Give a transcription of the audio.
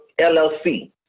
LLC